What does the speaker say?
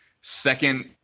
second